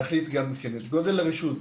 להחליט גם כן את גודל הרשות,